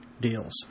deals